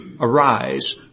arise